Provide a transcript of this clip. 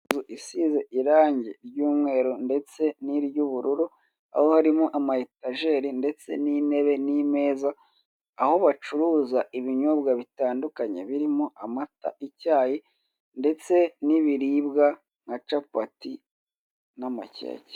Inzu isize irange ry'umweru ndetse n'iry'ubururu, aho harimo ama etajeri ndetse n'intebe n'imeza, aho bacuruza ibinyobwa bitandukanye birimo amata, icyayi ndetse n'ibiribwa na capati n'amakeke.